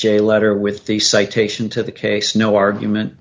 jail letter with the citation to the case no argument